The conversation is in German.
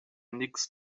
nichts